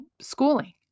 schooling